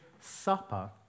supper